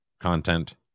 content